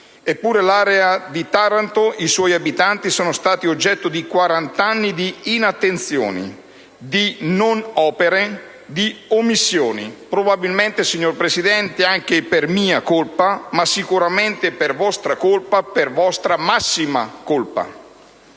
Eppure l'area di Taranto, i suoi abitanti sono stati oggetto di quarant'anni di inattenzioni, di non opere, di omissioni. Probabilmente, signor Presidente, anche per mia colpa, ma sicuramente per vostra colpa, per vostra massima colpa.